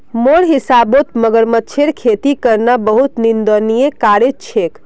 मोर हिसाबौत मगरमच्छेर खेती करना बहुत निंदनीय कार्य छेक